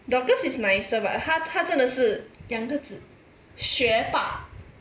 dorcas is nicer but 她她真的是两个字学霸